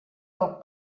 del